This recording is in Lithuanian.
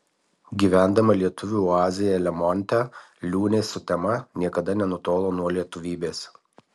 gyvendama lietuvių oazėje lemonte liūnė sutema niekada nenutolo nuo lietuvybės